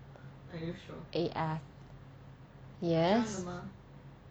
a_f yes